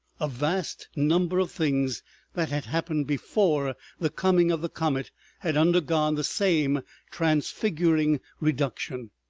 a vast number of things that had happened before the coming of the comet had undergone the same transfiguring reduction.